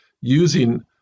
using